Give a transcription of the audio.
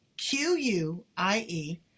Q-U-I-E